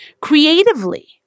creatively